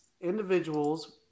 individuals